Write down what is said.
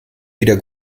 wieder